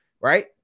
Right